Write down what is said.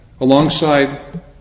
alongside